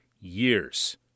years